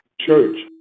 church